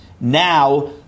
Now